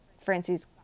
Francis